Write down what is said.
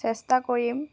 চেষ্টা কৰিম